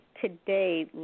today